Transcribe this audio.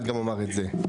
רק